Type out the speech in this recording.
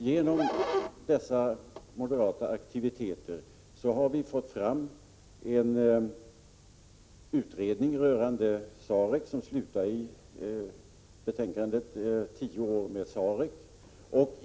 Genom dessa moderata aktiviteter har vi fått fram en utredning rörande SAREC som slutar i betänkandet Tio år med SAREC.